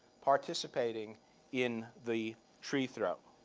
participating in the tree throw.